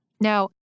Now